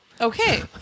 Okay